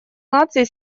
наций